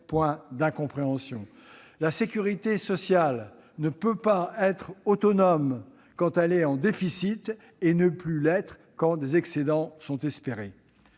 point d'incompréhension. La sécurité sociale ne peut pas être autonome quand elle est en déficit et ne plus l'être quand des excédents sont espérés.